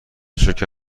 شکر